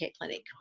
clinic